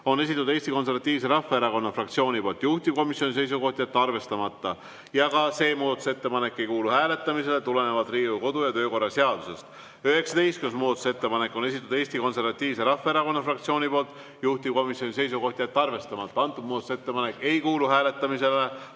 on esitanud Eesti Konservatiivse Rahvaerakonna fraktsioon, juhtivkomisjoni seisukoht on jätta arvestamata ja ka see muudatusettepanek ei kuulu hääletamisele tulenevalt Riigikogu kodu‑ ja töökorra seadusest. 19. muudatusettepaneku on esitanud Eesti Konservatiivse Rahvaerakonna fraktsioon, juhtivkomisjoni seisukoht on jätta arvestamata, antud muudatusettepanek ei kuulu hääletamisele